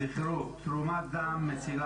18 אחוזים בערך, הן חברות מועצה,